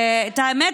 האמת,